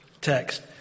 text